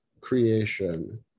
creation